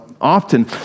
often